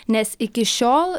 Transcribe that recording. nes iki šiol